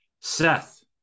Seth